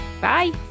Bye